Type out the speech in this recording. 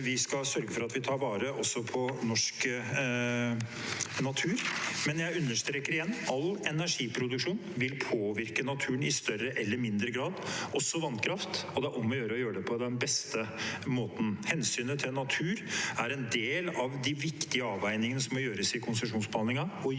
vi skal sørge for at vi tar vare på også norsk natur. Men jeg understreker igjen: All energiproduksjon vil påvirke naturen i større eller mindre grad, også vannkraft, og det er om å gjøre å gjøre det på den beste måten. Hensynet til natur er en del av de viktige avveiningene som må gjøres i konsesjonsbehandlingen,